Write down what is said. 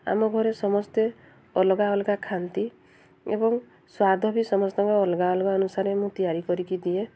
ଆମ ଘରେ ସମସ୍ତେ ଅଲଗା ଅଲଗା ଖାଆନ୍ତି ଏବଂ ସ୍ୱାଦ ବି ସମସ୍ତଙ୍କ ଅଲଗା ଅଲଗା ଅନୁସାରେ ମୁଁ ତିଆରି କରିକି ଦିଏ